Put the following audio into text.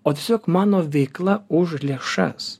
o tiesiog mano veikla už lėšas